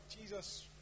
Jesus